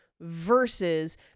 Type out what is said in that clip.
versus